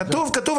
כתוב, כתוב.